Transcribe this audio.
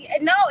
no